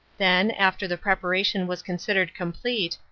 then, after the preparation was considered complete,